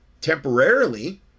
temporarily